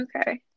Okay